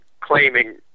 claiming